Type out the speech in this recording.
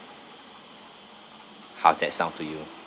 how's that sound to you